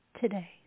today